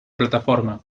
plataforma